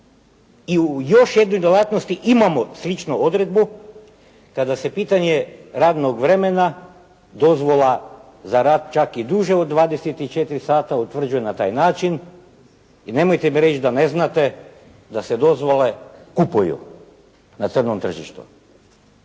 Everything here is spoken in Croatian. i u jednoj djelatnosti imamo sličnu odredbu kada se pitanje radnog vremena, dozvola za rad čak i duže od 24 sata utvrđuje na taj način i nemojte mi reći da ne znate da se dozvole kupuju na crnom tržištu.